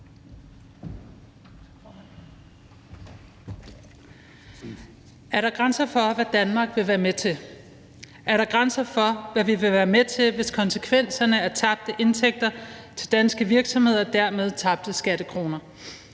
Er der grænser for, hvad Danmark vil være med til? Er der grænser for, hvad vi vil være med til, hvis konsekvenserne er tabte indtægter til danske virksomheder og dermed tabte skattekroner?